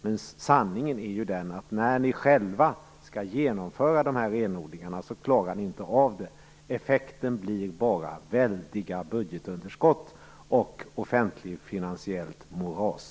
Men sanningen är ju den, att när ni själva skall genomföra renodlingarna klarar ni inte av det. Effekten blir bara väldiga budgetunderskott och offentlig-finansiellt moras.